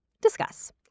discuss